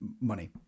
money